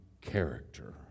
character